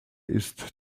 ist